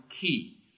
key